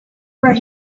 where